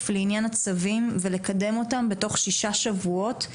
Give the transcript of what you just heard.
לעניין הצווים ולקדם אותם בתוך שישה שבועות,